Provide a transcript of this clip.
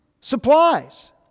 supplies